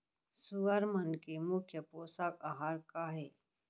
सुअर मन के मुख्य पोसक आहार का हे?